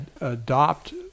adopt